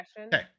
okay